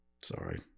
Sorry